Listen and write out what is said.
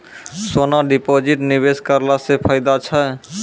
सोना deposit निवेश करला से फैदा छै?